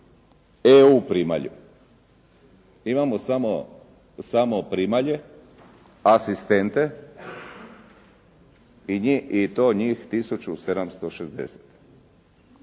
EU primalju. Mi imamo samo primalje asistente i to njih 1760.